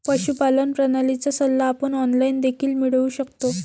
पशुपालन प्रणालीचा सल्ला आपण ऑनलाइन देखील मिळवू शकतो